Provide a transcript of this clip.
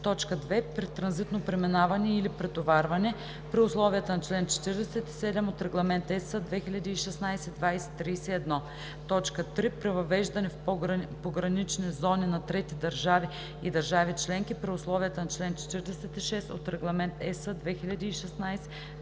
му; 2. при транзитно преминаване или претоварване – при условията на чл. 47 от Регламент (ЕС) 2016/2031; 3. при въвеждане в погранични зони на трети държави и държави членки – при условията на чл. 46 от Регламент (ЕС) 2016/2031.“